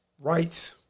Rights